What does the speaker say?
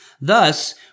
Thus